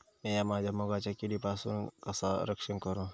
मीया माझ्या मुगाचा किडीपासून कसा रक्षण करू?